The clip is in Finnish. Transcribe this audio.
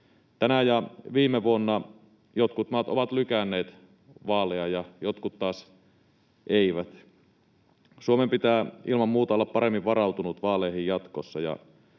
Tänään ja viime vuonna jotkut maat ovat lykänneet vaaleja ja jotkut taas eivät. Suomen pitää ilman muuta olla paremmin varautunut vaaleihin jatkossa.